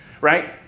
right